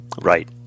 Right